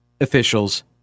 officials